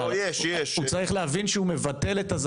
הוא צריך להבין שהוא מפסיד.